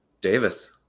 Davis